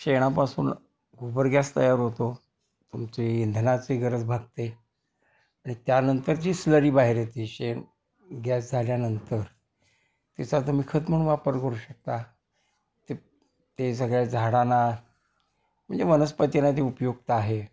शेणापासून गोबर गॅस तयार होतो तुमची इंधनाची गरज भागते आणि त्यानंतर जी स्लरी बाहेर येते शेण गॅस झाल्यानंतर तिचा तु्म्ही खत म्हण वापर करू शकता ते ते सगळ्या झाडांना म्हणजे वनस्पतीना ते उपयुक्त आहे